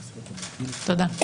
תודה.